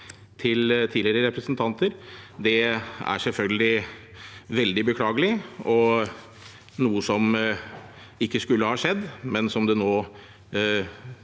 til tidligere representanter, er selvfølgelig veldig beklagelig og noe som ikke skulle ha skjedd, men som det nå